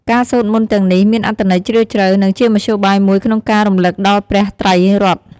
ការសូត្រមន្តទាំងនេះមានអត្ថន័យជ្រាលជ្រៅ និងជាមធ្យោបាយមួយក្នុងការរំឭកដល់ព្រះត្រៃរតន៍។